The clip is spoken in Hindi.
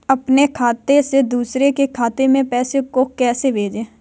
अपने खाते से दूसरे के खाते में पैसे को कैसे भेजे?